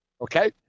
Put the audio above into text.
okay